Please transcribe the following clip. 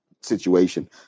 situation